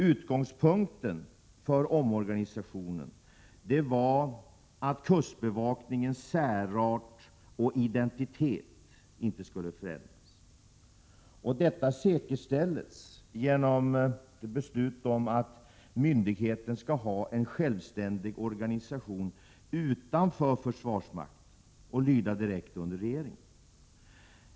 Utgångspunkten för omorganisationen var att kustbevakningens särart och identitet inte skulle förändras. Detta säkerställdes genom beslut om att myndigheten skall ha en självständig organisation utanför försvarsmakten och lyda direkt under regeringen.